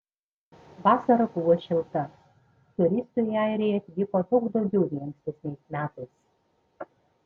vasara buvo šilta turistų į airiją atvyko daug daugiau nei ankstesniais metais